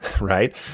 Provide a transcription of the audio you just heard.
right